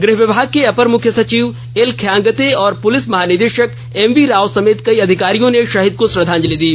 गृह विभाग के अपर मुख्य सचिव एल खियांग्ते और पुलिस महानिदेशक एमवी राव समेत कई अधिकारियों ने शहीद को शद्धांजलि दी